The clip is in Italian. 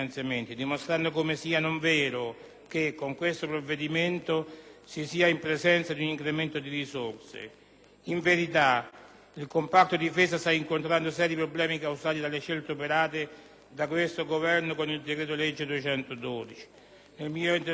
In verità, il comparto difesa sta incontrando seri problemi causati dalle scelte operate da questo governo con il decreto legge n. 112 del 2008. Nel mio intervento, per ovvi motivi di tempo, mi riferirò ai problemi relativi alle missioni internazionali che le scelte governative hanno originato.